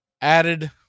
added